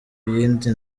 yindi